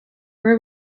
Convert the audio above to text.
where